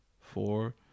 four